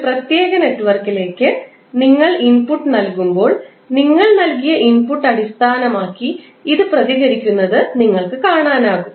ഒരു പ്രത്യേക നെറ്റ്വർക്കിലേക്ക് നിങ്ങൾ ഇൻപുട്ട് നൽകുമ്പോൾ നിങ്ങൾ നൽകിയ ഇൻപുട്ട് അടിസ്ഥാനമാക്കി ഇത് പ്രതികരിക്കുന്നത് നിങ്ങൾക്ക് കാണാനാകും